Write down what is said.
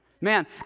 Man